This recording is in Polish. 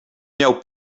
miał